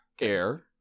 air